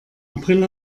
april